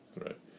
Right